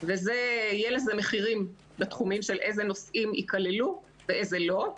יהיה לזה מחירים בתחומים של איזה נושאים ייכללו ואיזה לא.